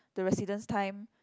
the residence time